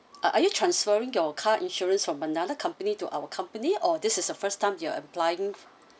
ah are you transferring your car insurance from another company to our company or this is the first time you are applying